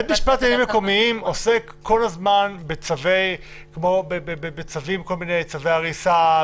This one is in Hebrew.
בית המשפט לעניינים מקומיים עוסק כל הזמן בכל מיני צווי הריסה,